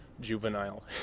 juvenile